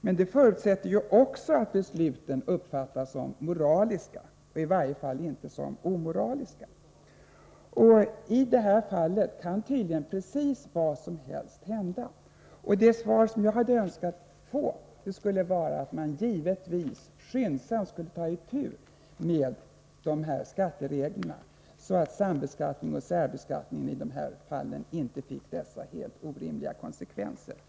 Men det förutsätter också att besluten uppfattas som moraliska, i varje fall inte som omoraliska. I det här fallet kan tydligen precis vad som helst hända. Jag hade önskat få svaret att man givetvis skyndsamt vill ta itu med dessa skatteregler, så att sambeskattning och särbeskattning i de här fallen inte får dessa helt orimliga konsekvenser.